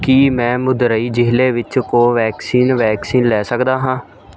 ਕੀ ਮੈਂ ਮਦੁਰਾਈ ਜ਼ਿਲ੍ਹੇ ਵਿੱਚ ਕੋਵੈਕਸਿਨ ਵੈਕਸੀਨ ਲੈ ਸਕਦਾ ਹਾਂ